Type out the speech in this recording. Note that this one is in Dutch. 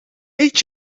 eet